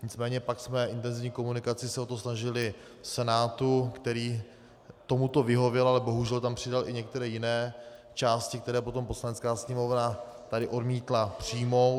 Nicméně pak jsme intenzivní komunikací se o to snažili v Senátu, který tomuto vyhověl, ale bohužel tam přidal i některé jiné části, které potom Poslanecká sněmovna tady odmítla přijmout.